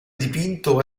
dipinto